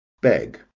beg